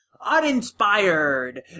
uninspired